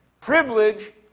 privilege